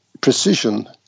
precision